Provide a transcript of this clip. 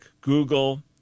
Google